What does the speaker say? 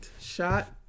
shot